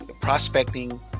prospecting